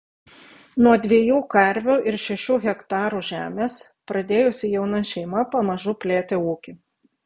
nuo dviejų karvių ir šešių hektarų žemės pradėjusi jauna šeima pamažu plėtė ūkį